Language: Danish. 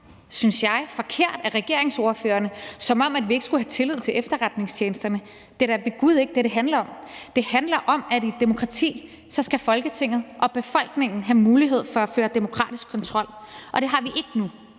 synes jeg – af regeringsordførerne, som om vi ikke skulle have tillid til efterretningstjenesterne. Det er da ved gud ikke det, det handler om. Det handler om, at i et demokrati skal Folketinget og befolkningen have mulighed for at føre demokratisk kontrol, og det har vi ikke nu